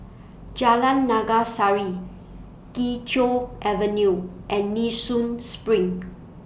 Jalan Naga Sari Kee Choe Avenue and Nee Soon SPRING